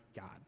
God